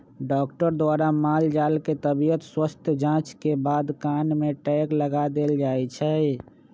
doctor द्वारा माल जाल के तबियत स्वस्थ जांच के बाद कान में टैग लगा देल जाय छै